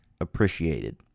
appreciated